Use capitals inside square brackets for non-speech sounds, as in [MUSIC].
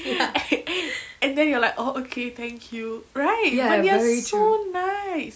[NOISE] and then you're like oh ookay thank you right like they are so nice